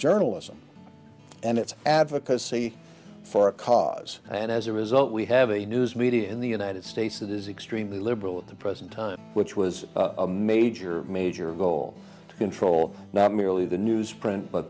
journalism and it's advocacy for a cause and as a result we have a news media in the united states that is extremely liberal at the present time which was a major major goal to control not merely the news print